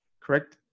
correct